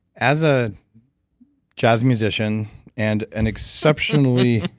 as a jazz musician and an exceptionally,